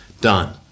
Done